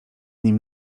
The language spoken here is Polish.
nim